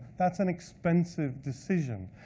that's an expensive decision.